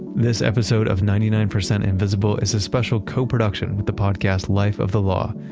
this episode of ninety nine percent invisible is a special co-production with the podcast life of the law.